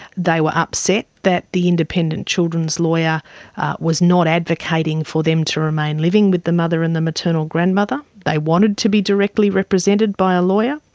they were upset that the independent children's lawyer was not advocating for them to remain living with the mother and the maternal grandmother, they wanted to be directly represented by a lawyer,